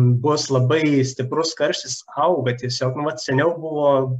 bus labai stiprus karštis auga tiesiog mat seniau buvo